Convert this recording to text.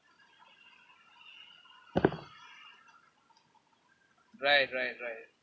right right right